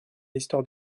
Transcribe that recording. l’histoire